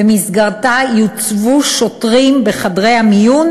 ובמסגרתה יוצבו שוטרים בחדרי המיון